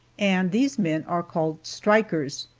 and these men are called strikers.